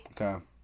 Okay